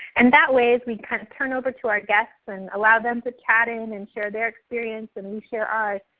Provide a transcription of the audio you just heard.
and that way, as we kind of turn over to our guests and allow them to chat in and share their experience and we share ours,